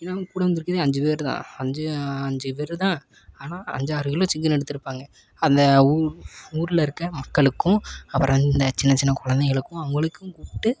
இன்னும் கூட வந்திருக்கதே அஞ்சு பேர்தான் அஞ்சு அஞ்சு பேர்தான் ஆனால் அஞ்சாறு கிலோ சிக்கன் எடுத்திருப்பாங்க அந்த அவுங்க ஊரில் இருக்க மக்களுக்கும் அப்புறம் இந்த சின்ன சின்ன கொழந்தைங்களுக்கும் அவங்களுக்கும் கூப்பிட்டு